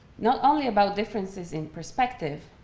not only about differences in perspective,